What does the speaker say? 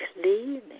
cleaning